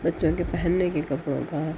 بچوں کے پہننے کے کپڑوں کا